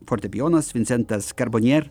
fortepijonas vincentas karbonier